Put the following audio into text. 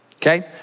Okay